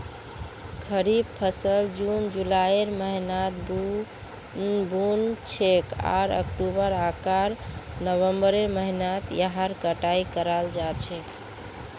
खरीफ फसल जून जुलाइर महीनात बु न छेक आर अक्टूबर आकर नवंबरेर महीनात यहार कटाई कराल जा छेक